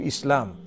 Islam